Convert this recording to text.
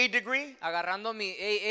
degree